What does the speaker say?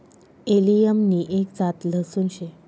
allium नि एक जात लहसून शे